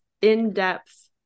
in-depth